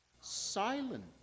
Silent